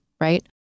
right